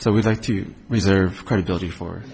so we'd like to reserve credibility for